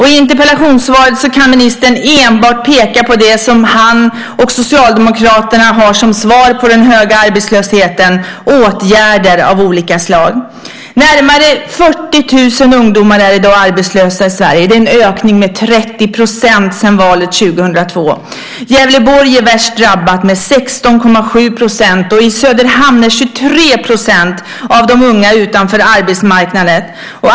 I interpellationssvaret kan ministern enbart peka på det som han och Socialdemokraterna har som svar på den höga arbetslösheten, nämligen åtgärder av olika slag. Närmare 40 000 ungdomar är i dag arbetslösa i Sverige. Det är en ökning med 30 % sedan valet år 2002. Gävleborg är värst drabbat med 16,7 %, och i Söderhamn är 23 % av de unga utanför arbetsmarknaden.